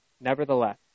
nevertheless